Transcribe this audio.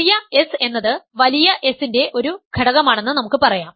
ചെറിയ s എന്നത് വലിയ S ന്റെ ഒരു ഘടകമാണെന്ന് നമുക്ക് പറയാം